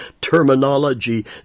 terminology